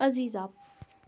عزیزا